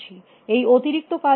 এই অতিরিক্ত কাজটি কত